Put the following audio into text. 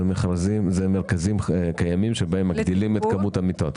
זה מרכזים קיימים שבהם מגדילים את כמות המיטות.